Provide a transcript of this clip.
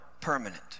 permanent